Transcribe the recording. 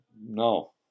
No